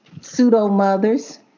pseudo-mothers